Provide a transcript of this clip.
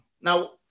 Now